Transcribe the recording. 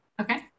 okay